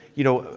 you know,